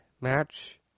match